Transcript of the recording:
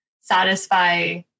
satisfy